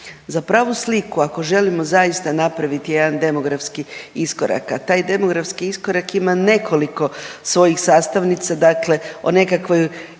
za pravu sliku ako želimo zaista napravit jedan demografski iskorak, a taj demografski iskorak ima nekoliko svojih sastavnica, dakle o nekakvoj